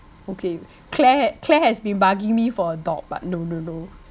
okay claire claire has been bugging me for a dog but no no no